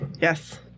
Yes